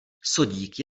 sodík